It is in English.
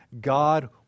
God